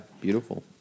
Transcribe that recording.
beautiful